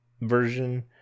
version